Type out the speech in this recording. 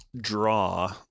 draw